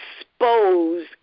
expose